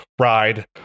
Ride